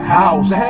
house